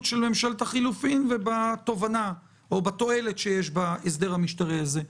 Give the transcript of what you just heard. של ממשלת החילופים ובתועלת שיש בהסדר המשטרי הזה.